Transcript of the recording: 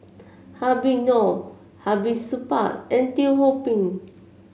Habib Noh Hamid Supaat and Teo Ho Pin